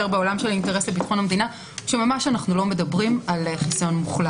בעולם של האינטרס לביטחון המדינה - שאנו לא מדברים על חיסיון מוחלט.